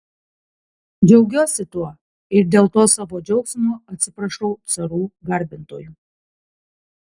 džiaugiuosi tuo ir dėl to savo džiaugsmo atsiprašau carų garbintojų